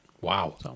Wow